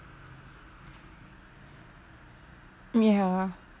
ya